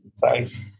thanks